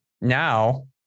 now